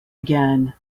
again